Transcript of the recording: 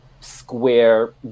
square